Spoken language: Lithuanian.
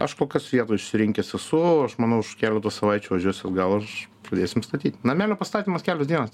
aš kol kas vietą išsirinkęs esu aš manau už keleto savaičių važiuosiu atgal ir aš pradėsim statyt namelio pastatymas kelios dienos